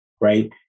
right